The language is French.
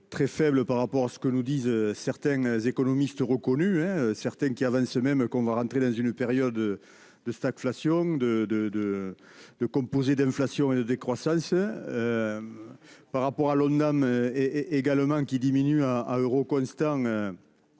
Très faible par rapport à ce que nous disent certains économistes reconnus hein certains qui avancent même qu'on va rentrer dans une période de stagflation de de de de composés d'inflation et de décroissance. Par rapport à l'aune nomme et également qui diminue à à euros constants.